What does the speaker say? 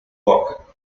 clock